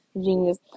genius